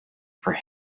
for